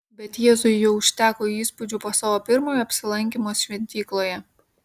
bet jėzui jau užteko įspūdžių po savo pirmojo apsilankymo šventykloje